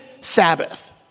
sabbath